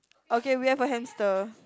okay we are for hamster